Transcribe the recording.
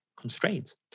constraints